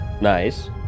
nice